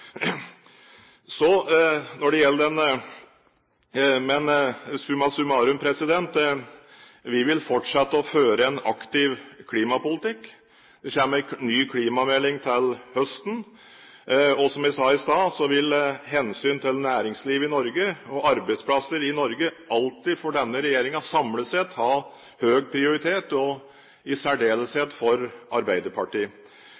Men summa summarum: Vi vil fortsette å føre en aktiv klimapolitikk. Det kommer en ny klimamelding til høsten. Og som jeg sa i stad, vil hensyn til næringsliv og arbeidsplasser i Norge alltid for denne regjeringen samlet sett ha høy prioritet, i